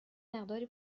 مقداری